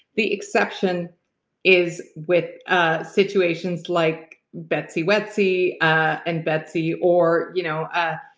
the exception is with ah situations like betsy wetsy and betsy, or you know ah